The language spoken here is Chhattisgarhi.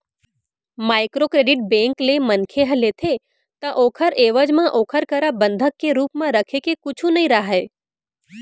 माइक्रो क्रेडिट बेंक ले मनखे ह लेथे ता ओखर एवज म ओखर करा बंधक के रुप म रखे के कुछु नइ राहय